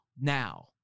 Now